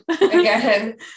again